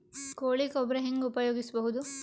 ಕೊಳಿ ಗೊಬ್ಬರ ಹೆಂಗ್ ಉಪಯೋಗಸಬಹುದು?